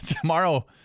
tomorrow